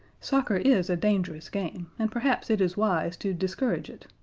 soccer is a dangerous game, and perhaps it is wise to discourage it.